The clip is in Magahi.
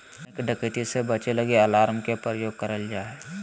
बैंक डकैती से बचे लगी अलार्म के प्रयोग करल जा हय